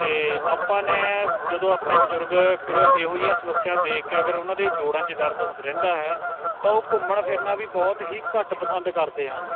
ਅਤੇ ਆਪਾਂ ਨੇ ਜਦੋਂ ਆਪਣੇ ਬਜ਼ੁਰਗ ਫਿਰ ਇਹੋ ਜਿਹੀਆਂ ਸਮੱਸਿਆ ਦੇਖ ਕੇ ਅਗਰ ਉਹਨਾਂ ਦੇ ਜੋੜਾਂ 'ਚ ਦਰਦ ਹੁੰਦਾ ਰਹਿੰਦਾ ਹੈ ਤਾਂ ਉਹ ਘੁੰਮਣ ਫਿਰਨਾ ਵੀ ਬਹੁਤ ਹੀ ਘੱਟ ਪਸੰਦ ਕਰਦੇ ਹਨ